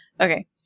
Okay